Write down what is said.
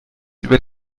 über